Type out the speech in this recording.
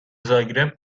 زاگرب